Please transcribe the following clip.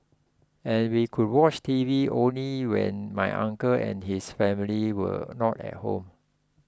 and we could watch TV only when my uncle and his family were not at home